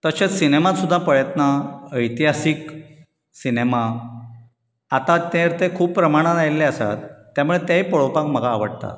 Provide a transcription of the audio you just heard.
तशेंच सिनेमात सुद्दां पळयतना ऐतिहासीक सिनेमा आतां तर ते खूब प्रमाणान आयल्ले आसात त्यामुळे तेंवूय पळोवपाक म्हाका आवडटात